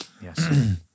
Yes